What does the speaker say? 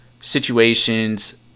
situations